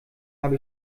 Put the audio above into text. habe